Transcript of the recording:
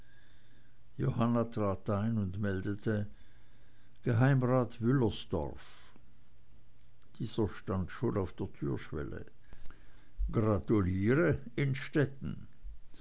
johanna trat ein und meldete geheimrat wüllersdorf dieser stand schon auf der türschwelle gratuliere